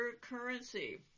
currency